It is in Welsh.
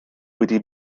wedi